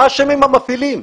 מה אשמים המפעילים?